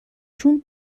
چون